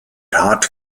hart